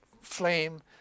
flame